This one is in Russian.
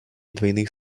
двойных